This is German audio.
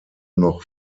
noch